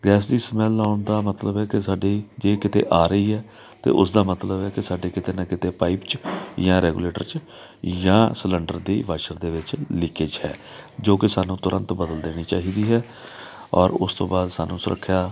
gas ਦੀ smell ਆਉਣ ਦਾ ਮਤਲਬ ਹੈ ਕਿ ਸਾਡੀ ਜੇ ਕਿਤੇ ਆ ਰਹੀ ਹੈ ਤਾਂ ਉਸਦਾ ਮਤਲਬ ਹੈ ਕਿ ਸਾਡੇ ਕਿਤੇ ਨਾ ਕਿਤੇ ਪਾਈਪ 'ਚ ਜਾਂ ਰੈਗੂਲੇਟਰ 'ਚ ਜਾਂ ਸਲਿੰਡਰ ਦੀ ਵਾਸ਼ਲ ਦੇ ਵਿੱਚ ਲੀਕੇਜ ਹੈ ਜੋ ਕਿ ਸਾਨੂੰ ਤੁਰੰਤ ਬਦਲ ਦੇਣੀ ਚਾਹੀਦੀ ਹੈ ਔਰ ਉਸ ਤੋਂ ਬਾਅਦ ਸਾਨੂੰ ਸੁਰੱਖਿਆ